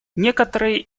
некоторые